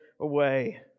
away